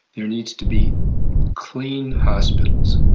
there needs to be clean hospitals,